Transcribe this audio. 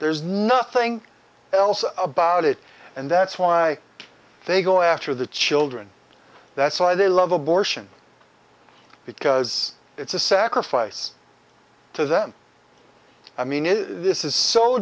there's nothing else about it and that's why they go after the children that's why they love abortion because it's a sacrifice to them i mean is this is so